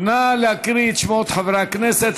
נא להקריא את שמות חברי הכנסת.